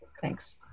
Thanks